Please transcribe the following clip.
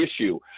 issue